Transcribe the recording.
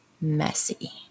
messy